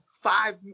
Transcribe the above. five